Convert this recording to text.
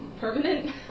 permanent